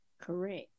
Correct